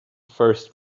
first